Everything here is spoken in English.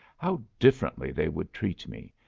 how differently they would treat me!